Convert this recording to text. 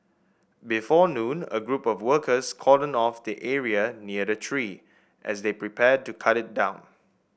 before noon a group of workers cordoned off the area near the tree as they prepared to cut it down